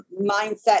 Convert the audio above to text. mindset